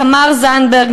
תמר זנדברג,